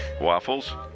Waffles